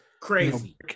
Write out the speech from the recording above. Crazy